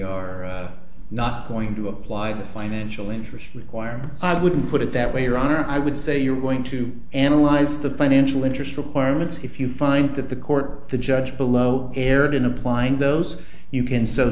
we are not going to apply the financial interest requirement i wouldn't put it that way your honor i would say you're going to analyze the financial interest requirements if you find that the court the judge below erred in applying those you can so